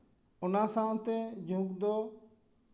ᱚᱱᱟ ᱥᱟᱶᱛᱮ ᱡᱩᱜᱽ ᱫᱚ